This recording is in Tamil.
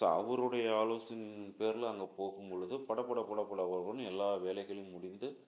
ஸோ அவருடைய ஆலோசனையின் பேரில் அங்க போகும் பொழுது படப் படப் படப் படப் படப் படன்னு எல்லா வேலைகளும் முடிந்து